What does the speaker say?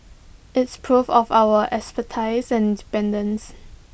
it's proof of our expertise and independence